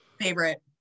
Favorite